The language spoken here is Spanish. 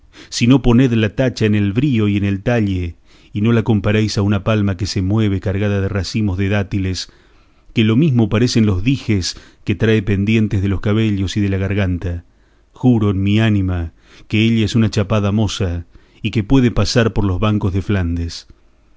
sino ponedla tacha en el brío y en el talle y no la comparéis a una palma que se mueve cargada de racimos de dátiles que lo mesmo parecen los dijes que trae pendientes de los cabellos y de la garganta juro en mi ánima que ella es una chapada moza y que puede pasar por los bancos de flandes